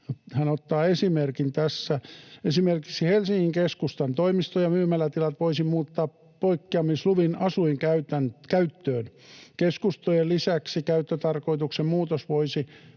Hän ottaa esimerkin tässä: ”Esimerkiksi Helsingin keskustan toimisto- ja myymälätilat voisi muuttaa poikkeamisluvin asuinkäyttöön. Keskustojen lisäksi käyttötarkoituksen muutos olisi